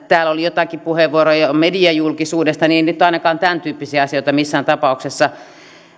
täällä oli joitakin puheenvuoroja mediajulkisuudesta niin että ainakaan tämäntyyppisiä asioita ei missään tapauksessa